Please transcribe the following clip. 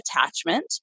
attachment